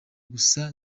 gusa